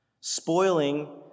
Spoiling